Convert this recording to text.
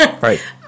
Right